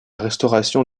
restauration